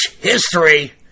history